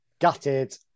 gutted